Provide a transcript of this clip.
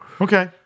Okay